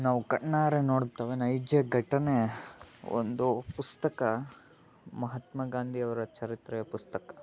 ನಾವು ಕಣ್ಣಾರೆ ನೋಡುತ್ತೇವೆ ನೈಜ ಘಟನೆ ಒಂದು ಪುಸ್ತಕ ಮಹತ್ಮಾ ಗಾಂಧಿಯವರ ಚರಿತ್ರೆಯ ಪುಸ್ತಕ